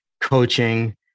coaching